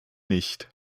nicht